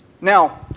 Now